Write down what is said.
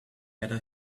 better